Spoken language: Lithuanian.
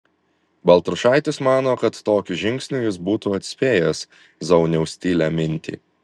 baltrušaitis mano kad tokiu žingsniu jis būtų atspėjęs zauniaus tylią mintį